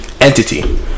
entity